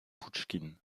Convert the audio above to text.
pouchkine